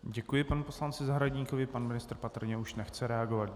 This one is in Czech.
Děkuji panu poslanci Zahradníkovi, pan ministr už patrně nechce reagovat.